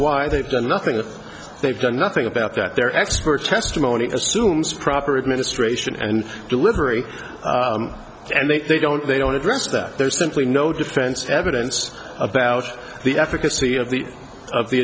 why they've done nothing and they've done nothing about that their expert testimony assumes proper administration and delivery and they they don't they don't address that there's simply no defense evidence about the efficacy of the of the